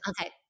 Okay